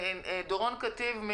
דורון כתיב,